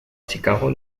chicago